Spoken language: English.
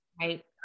Right